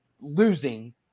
losing